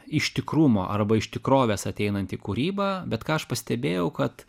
iš tikrumo arba iš tikrovės ateinanti kūryba bet ką aš pastebėjau kad